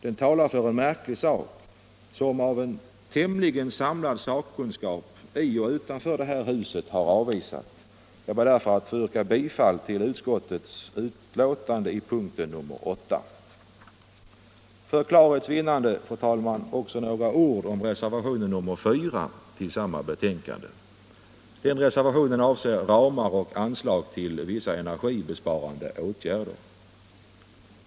Den talar för en märklig sak som en tämligen samlad sakkunskap i och utanför detta hus har avvisat. Jag ber därför att få yrka bifall till punkten 8 i civilutskottets betänkande nr 28. För klarhets vinnande, fru talman, ber jag att få säga några ord även om reservationen 4 till samma betänkande. Den reservationen avser ramar och anslag till vissa energibesparande åtgärder.